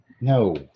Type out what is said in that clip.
No